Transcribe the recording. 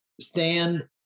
stand